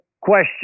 question